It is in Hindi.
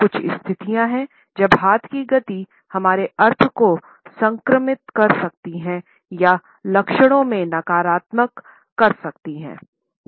कुछ स्थितियाँ हैं जब हाथ की गति हमारे अर्थ को संक्रमित कर सकती है या क्षणों में नकारात्मक कर सकती है